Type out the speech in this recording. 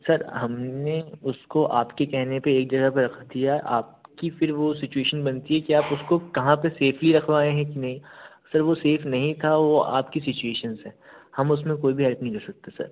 sir हमने उसको आपके कहने पे एक जगह पे रख दिया आपकी फिर वो सिचुएशन बनती है कि आप उसको कहाँ पे सेफ़ली रखवाएँ हैं कि नहीं सर वो सेफ़ नहीं था वो आपकी सिचुएशन्स हैं हम उसमें कोई भी हेल्प नहीं कर सकते सर